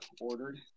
ordered